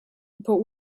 but